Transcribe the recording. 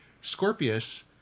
Scorpius